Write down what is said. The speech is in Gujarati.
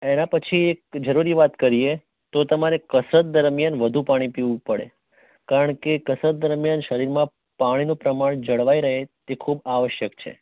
એના પછી એક જરૂરી વાત કરીએ તો તમારે કસરત દરમિયાન વધુ પાણી પીવું પડે કારણ કે કસરત દરમિયાન શરીરમાં પાણીનું પ્રમાણ જળવાઈ રહે તે ખૂબ આવશ્યક છે